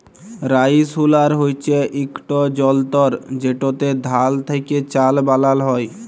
rice huller হছে ইকট যলতর যেটতে ধাল থ্যাকে চাল বালাল হ্যয়